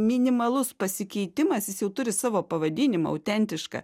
minimalus pasikeitimas jis jau turi savo pavadinimą autentišką